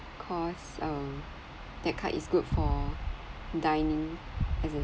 cause um that card is good for dining as in